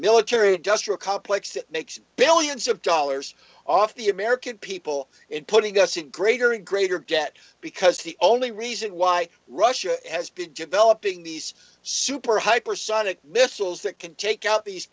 military industrial complex that makes billions of dollars off the american people in putting us in greater and greater debt because the only reason why russia has been developing these super hypersonic missiles that can take out these